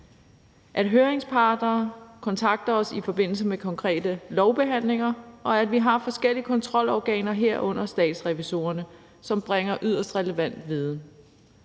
at høringsparter kontakter os i forbindelse med konkrete lovbehandlinger, og at vi har forskellige kontrolorganer, herunder Statsrevisorerne, som bringer yderst relevant viden.